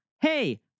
hey